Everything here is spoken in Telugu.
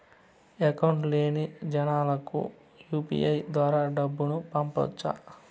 అకౌంట్ లేని జనాలకు యు.పి.ఐ ద్వారా డబ్బును పంపొచ్చా?